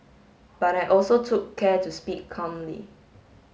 but I also took care to speak calmly